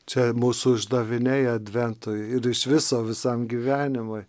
čia mūsų uždaviniai adventui ir iš viso visam gyvenimui